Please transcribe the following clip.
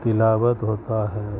تلاوت ہوتا ہے